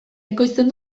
ekoizten